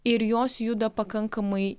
ir jos juda pakankamai